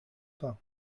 pas